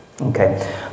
okay